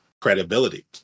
credibility